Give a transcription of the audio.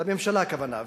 לממשלה הכוונה.